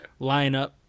lineup